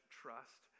trust